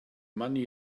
money